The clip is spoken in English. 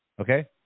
Okay